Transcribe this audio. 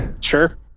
Sure